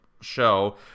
show